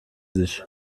sich